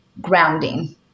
grounding